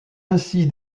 ainsi